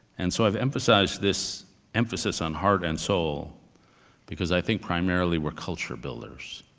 and so i've emphasized this emphasis on heart and soul because i think primarily we're culture builders.